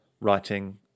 writing